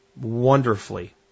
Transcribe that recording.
wonderfully